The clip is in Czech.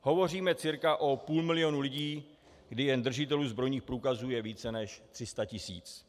Hovoříme cca o půl milionu lidí, kdy jen držitelů zbrojních průkazů je více než 300 tisíc.